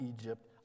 Egypt